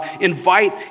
Invite